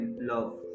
love